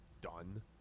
Done